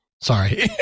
sorry